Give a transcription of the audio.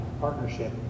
partnership